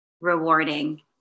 rewarding